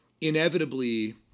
inevitably